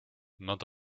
nad